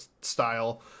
style